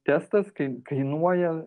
testas kainuoja